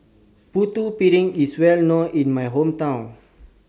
Putu Piring IS Well known in My Hometown